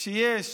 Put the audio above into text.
שיש